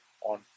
on